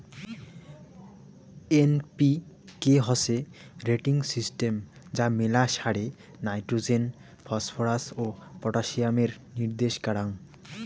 NPK হসে rating system যা মেলা সারে নাইট্রোজেন, ফসফরাস ও পটাসিয়ামের নির্দেশ কারাঙ